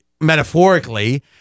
metaphorically